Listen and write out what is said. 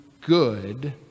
good